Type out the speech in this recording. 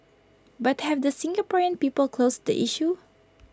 but have the Singaporean people closed the issue